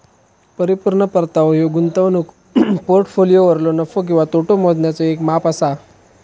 परिपूर्ण परतावो ह्यो गुंतवणूक पोर्टफोलिओवरलो नफो किंवा तोटो मोजण्याचा येक माप असा